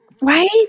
Right